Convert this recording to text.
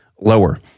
lower